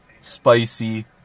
spicy